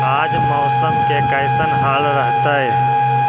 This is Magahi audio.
आज मौसम के कैसन हाल रहतइ?